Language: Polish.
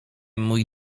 mój